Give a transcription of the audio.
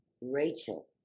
Rachel